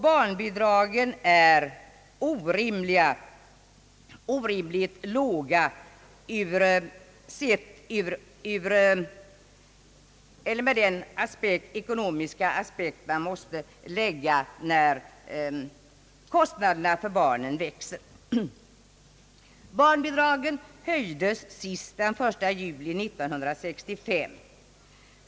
Barnbidragen är orimligt låga med hänsyn till att kostnaderna för barnen växer. Barnbidraget höjdes senast den 1 juli 1965.